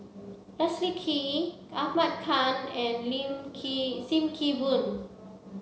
Leslie Kee Ahmad Khan and Sim Kee Boon